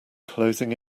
closing